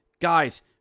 Guys